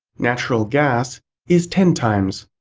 natural gas is ten times.